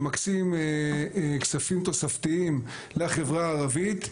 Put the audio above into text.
מקצים כספים תוספתיים לחברה הערבית,